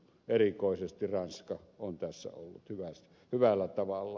erikoisesti ranska on tässä ollut hyvällä tavalla asialla